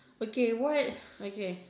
okay what okay